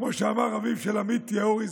כמו שאמר אביו של עמית יאורי,